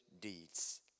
deeds